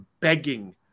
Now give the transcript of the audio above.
begging –